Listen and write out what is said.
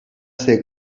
ser